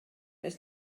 nes